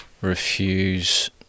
refuse